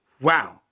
Wow